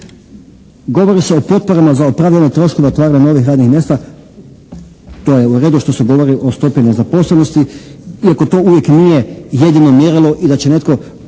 govori se o potporama za opravdane troškove otvaranja novih radnih mjesta. To je u redu što se govori o stopi nezaposlenosti iako to uvijek nije jedino mjerilo i da će netko